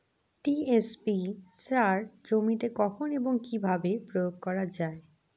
TSP সার জমিতে কখন এবং কিভাবে প্রয়োগ করা য়ায়?